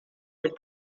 would